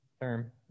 term